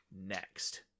next